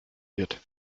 wird